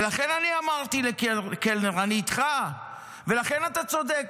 ולכן אני אמרתי לקלנר, אני איתך, ולכן אתה צודק.